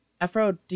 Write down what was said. Afro